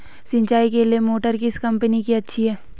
सिंचाई के लिए मोटर किस कंपनी की अच्छी है?